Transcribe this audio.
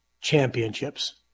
championships